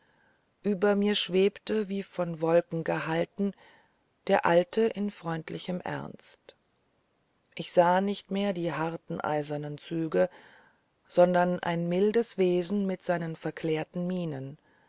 über mir schwebte wie von wolken gehalten der alte in freundlichem ernst ich sah nicht mehr die harten eisernen züge sondern ein mildes wesen in seinen verklärten mienen